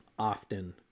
often